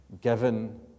given